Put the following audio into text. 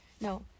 No